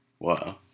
Wow